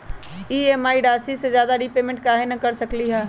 हम ई.एम.आई राशि से ज्यादा रीपेमेंट कहे न कर सकलि ह?